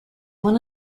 one